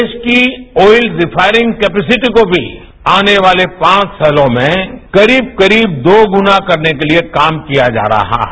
देश की oil refining capacity को भी आने वाले पांच सातों में करीब करीब दो गुणा करने के लिए काम किया जा रहा है